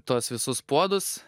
tuos visus puodus